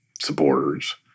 supporters